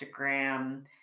Instagram